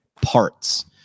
parts